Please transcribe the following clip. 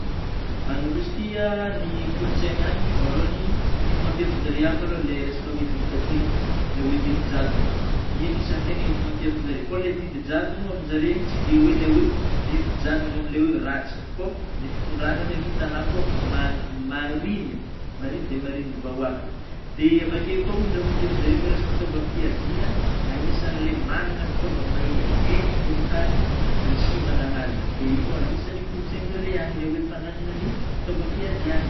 Any Rosia ny kolotsaigna any voalohany hita mampiavaka zare any malo ilay resaka hoe dictacture ilay hoe didy jadona i agnisan'ny tena hita mampiavaka zareo fa ilay didy jadona amy zareo tsy de hoe ilay hoe didy jadona amin'ilay hoe ratsy fô ny fitondrana zany hitanao fa ma- marigny, marigny dia marigny ny vahoaka, dia avy akeo koa ny raha mampiavaka zareo koa resaka fitaovam-piadina agisan'ilay magnana fitaovana mahery vaika ambonin'ny tany Rosia magnana azy dia io koa anisany kolotsainjareo any ilay hoe fagnagnana ny fitaovam-piadiagna.